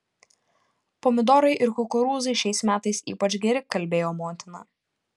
pomidorai ir kukurūzai šiais metais ypač geri kalbėjo motina